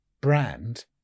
brand